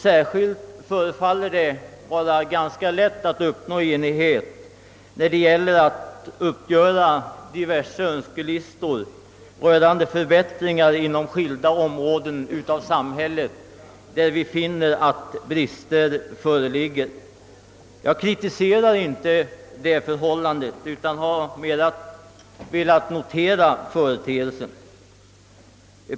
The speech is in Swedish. Särskilt förefaller det vara ganska lätt att uppnå enighet när det gäller att göra upp önskelistor över förbättringar inom skilda områden av samhället där vi finner att brister föreligger. Jag kritiserar inte detta förhållande utan har endast velat notera företeelsen.